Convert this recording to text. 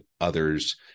others